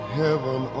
heaven